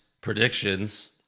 predictions